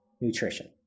nutrition